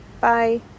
Bye